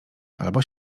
albo